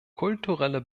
kulturelle